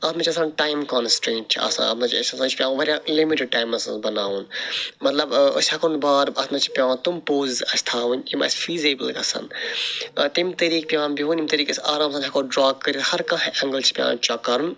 اتھ مَنٛز چھُ آسان ٹایم کانسٹرٛینٛٹ چھ آسان اتھ مَنٛز چھ اسہِ آسان یہِ چھُ پیٚوان واریاہ لِمِٹِڈ ٹایمَس مَنٛز بَناوُن مطلب ٲں أسۍ ہیٚکو نہٕ بار اتھ مَنٛز چھ پیٚوان تِم پوزِز اسہِ تھاوٕنۍ یِم اسہِ فیٖزیبٕل گَژھَن تَمہِ طریقہ پیٚوان بیہُن ییٚمہِ طریقہٕ أسۍ آرام سان ہیٚکو ڈرٛا کٔرِتھ ہر کانٛہہ ایٚنٛگل چھُ پیٚوان چیٚک کَرُن